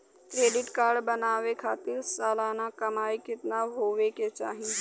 Credit card बनवावे खातिर सालाना कमाई कितना होए के चाही?